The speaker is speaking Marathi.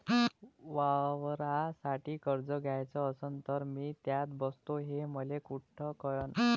वावरासाठी कर्ज घ्याचं असन तर मी त्यात बसतो हे मले कुठ कळन?